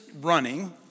running